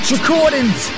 Recordings